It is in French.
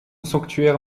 sanctuaire